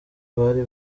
bari